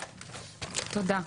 תודה.